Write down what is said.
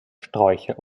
sträucher